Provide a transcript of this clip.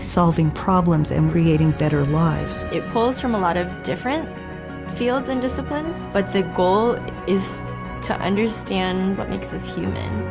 solving problems and creating better lives. it pulls from a lot of different fields and disciplines, but the goal is to understand what makes us human.